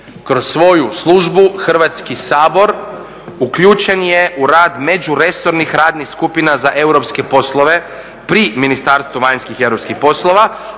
kroz svoju službu Hrvatski sabor uključen je u rad međuresornih radnih skupina za europske poslove pri Ministarstvu vanjskih i europskih poslova,